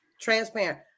transparent